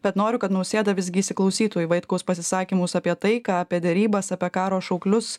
bet noriu kad nausėda visgi įsiklausytų į vaitkaus pasisakymus apie tai ką apie derybas apie karo šauklius